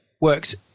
works